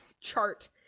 chart